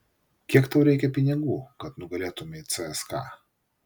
kiek tau reikia pinigų kad nugalėtumei cska